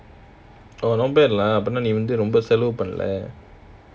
oh not bad lah அப்போனா நீ வந்து ரொம்ப செலவு பண்ணல:ap; apponaa nee vandhu selavu pannala